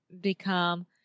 become